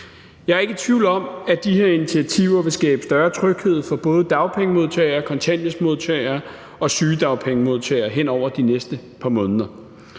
Jeg er ikke i tvivl om, at de her initiativer vil skabe større tryghed for både dagpengemodtagere, kontanthjælpsmodtagere og sygedagpengemodtagere hen over de næste par måneder.